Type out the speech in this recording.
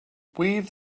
weave